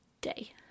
day